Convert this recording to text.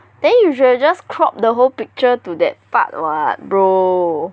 then you should've just crop the whole picture to that part [what] bro